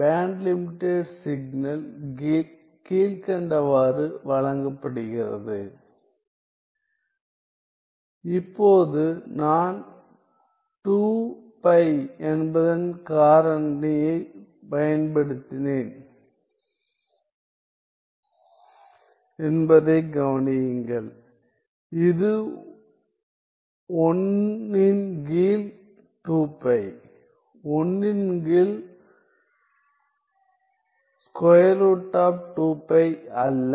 pant limited signal கீழ்க்கண்டவாறு வழங்கப்படுகிறது இப்போது நான் 2 பை என்பதன் காரணியைப் பயன்படுத்தினேன் என்பதைக் கவனியுங்கள் இது 1 இன் கீழ் 1 இன் கீழ் அல்ல